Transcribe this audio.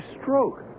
stroke